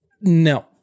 No